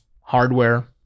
Hardware